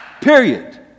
Period